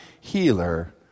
healer